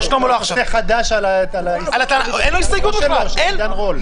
הוא טוען נושא חדש על ההסתייגות של עידן רול.